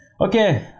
Okay